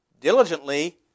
diligently